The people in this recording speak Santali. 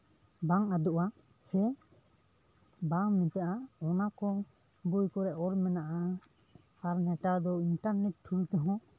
ᱵᱟᱝ ᱟᱫᱚᱜᱼᱟ ᱥᱮ ᱵᱟᱝ ᱢᱮᱴᱟᱜᱼᱟ ᱚᱱᱟ ᱠᱚ ᱵᱳᱭ ᱠᱚᱨᱮᱜ ᱚᱞ ᱢᱮᱱᱟᱜᱼᱟ ᱟᱨ ᱱᱮᱛᱟᱨ ᱫᱚ ᱤᱱᱴᱟᱨᱱᱮᱴ ᱛᱷᱩᱨᱩ ᱛᱮᱦᱚᱸ